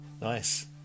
Nice